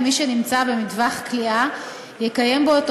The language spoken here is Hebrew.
כי מי שנמצא במטווח קליעה יקיים בו את